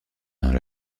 dans